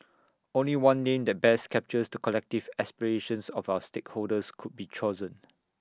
only one name that best captures to collective aspirations of our stakeholders could be chosen